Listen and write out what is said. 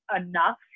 enough